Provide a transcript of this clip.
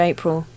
April